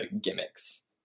gimmicks